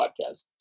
podcast